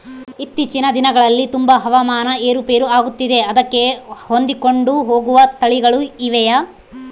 ಇತ್ತೇಚಿನ ದಿನಗಳಲ್ಲಿ ತುಂಬಾ ಹವಾಮಾನ ಏರು ಪೇರು ಆಗುತ್ತಿದೆ ಅದಕ್ಕೆ ಹೊಂದಿಕೊಂಡು ಹೋಗುವ ತಳಿಗಳು ಇವೆಯಾ?